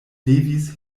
devis